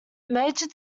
major